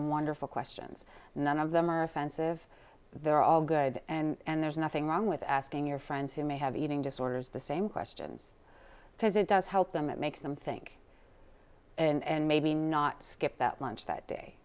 wonderful questions and none of them are offensive they're all good and there's nothing wrong with asking your friends who may have eating disorders the same questions because it does help them it makes them think and maybe not skip that lunch that day